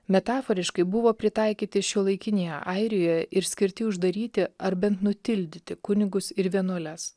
metaforiškai buvo pritaikyti šiuolaikinėje airijoje ir skirti uždaryti ar bent nutildyti kunigus ir vienuoles